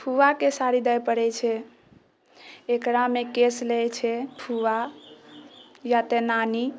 फूआके साड़ी दै पड़ै छै एकरामे केश लै छै फूआ या तऽ नानी